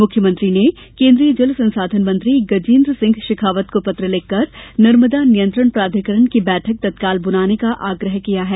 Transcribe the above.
मुख्यमंत्री ने केन्द्रीय जल संसाधन मंत्री गजेन्द्र सिंह शेखावत को पत्र लिखकर नर्मदा नियंत्रण प्राधिकरण की बैठक तत्काल बुलाने का आग्रह किया है